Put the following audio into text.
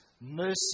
mercy